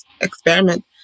experiment